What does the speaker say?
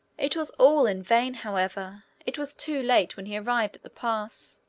it was all in vain, however it was too late when he arrived at the pass.